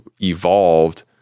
evolved